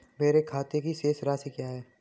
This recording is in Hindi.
मेरे खाते की शेष राशि क्या है?